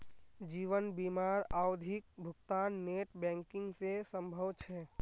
जीवन बीमार आवधिक भुग्तान नेट बैंकिंग से संभव छे?